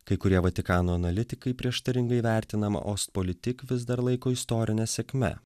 kai kurie vatikano analitikai prieštaringai vertinamą ospolitik vis dar laiko istorine sėkme